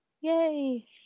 Yay